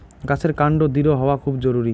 গাছের কান্ড দৃঢ় হওয়া খুব জরুরি